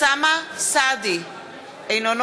אינו נוכח